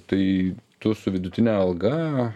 tai tu su vidutine alga